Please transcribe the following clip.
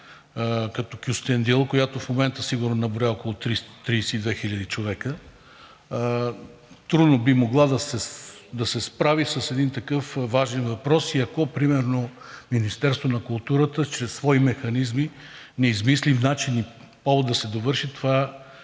като Кюстендил, която в момента сигурно наброява около 30 – 32 хиляди човека, трудно би могла да се справи с един такъв важен въпрос и ако примерно Министерството на културата чрез свои механизми не измисли начини и повод да се довърши,